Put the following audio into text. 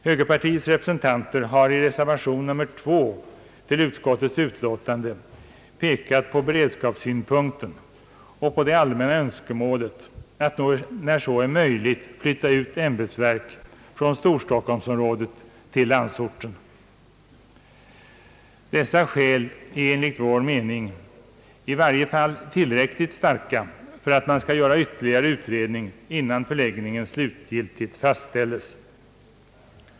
Högerpartiets representanter har i reservation 2 till utskottets utlåtande pekat på beredskapssynpunkten och på det allmänna önskemålet att när så är möjligt flytta ut ämbetsverk från storstockholmsområdet till landsorten. Dessa skäl är enligt vår mening i varje fall tillräckligt starka för att man skall göra ytterligare utredning innan förläggningen slutgiltigt fastställes.